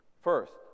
First